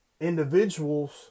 individuals